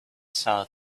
saw